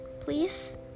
please